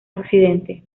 occidente